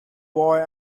boy